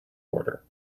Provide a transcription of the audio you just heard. order